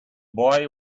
boy